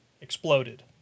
exploded